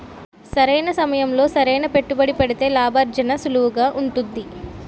సరైన సమయంలో సరైన పెట్టుబడి పెడితే లాభార్జన సులువుగా ఉంటుంది